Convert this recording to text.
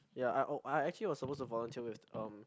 ya I oh I actually was supposed to volunteer with um